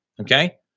okay